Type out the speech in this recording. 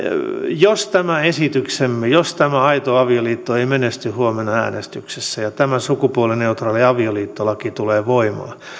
jos tämä esityksemme jos tämä aito avioliitto ei menesty huomenna äänestyksessä ja tämä sukupuolineutraali avioliittolaki tulee voimaan